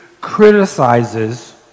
criticizes